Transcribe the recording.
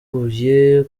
bamubanjirije